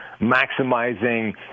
maximizing